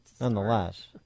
nonetheless